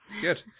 Good